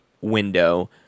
window